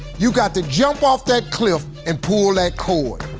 you got to jump off that cliff, and pull that cord.